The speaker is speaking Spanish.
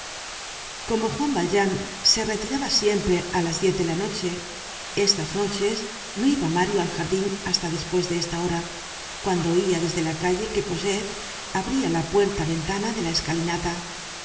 como juan valjean se retiraba siempre á las diez de la noche estas noches no iba mario al jardin hasta despues de esta hora cuando oia desde la calle que cosette abria la puerta ventana de la escalinata